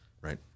right